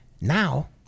Now